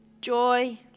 joy